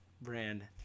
brand